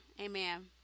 amen